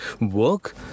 work